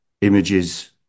images